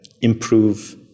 improve